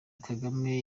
kagame